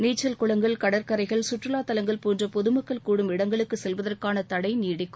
நீச்சல் குளங்கள் கடற்கரைகள் கற்றுவாத் தலங்கள் போன்ற பொதுமக்கள் கூடும் இடங்களுக்கு செல்வதற்கான தடை நீடிக்கும்